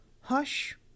hush